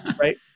right